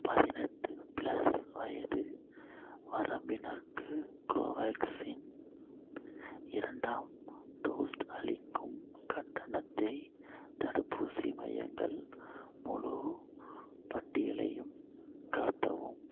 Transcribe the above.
பதினெட்டு ப்ளஸ் வயது வரம்பினர்க்கு கோவேக்சின் இரண்டாம் டோஸ்ட் அளிக்கும் கட்டணத்தை தடுப்பூசி மையங்கள் முலு பட்டியலையும் காட்டவும்